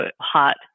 hot